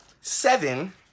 Seven